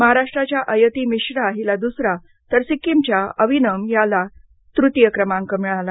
महाराष्ट्राच्या अयति मिश्रा हिला दुसरा तर सिक्कीमच्या अविनम याला तृतीय क्रमांक मिळाला